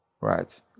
right